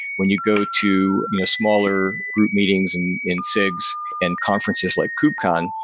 when you go to you know smaller group meetings in in sigs and conferences like kubecon,